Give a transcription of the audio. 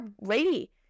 lady